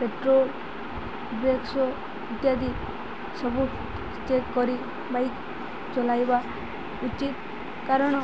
petrol brakes ଇତ୍ୟାଦି ସବୁ check କରି ବାଇକ୍ ଚଲାଇବା ଉଚିତ କାରଣ